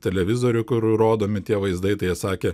televizorių kur rodomi tie vaizdai tai jie sakė